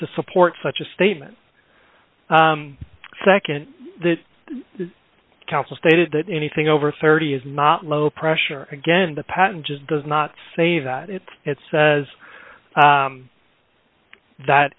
to support such a statement second the council stated that anything over thirty is not low pressure again the patent just does not say that it it says that